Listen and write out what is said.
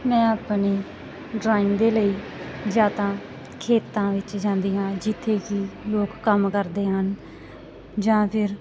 ਮੈਂ ਆਪਣੀ ਡਰਾਇੰਗ ਦੇ ਲਈ ਜਾਂ ਤਾਂ ਖੇਤਾਂ ਵਿੱਚ ਜਾਂਦੀ ਹਾਂ ਜਿੱਥੇ ਕਿ ਲੋਕ ਕੰਮ ਕਰਦੇ ਹਨ ਜਾਂ ਫਿਰ